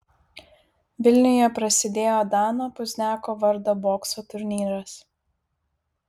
vilniuje prasidėjo dano pozniako vardo bokso turnyras